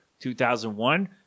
2001